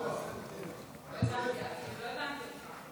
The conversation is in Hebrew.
אז לא הבנתי אותך.